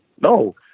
no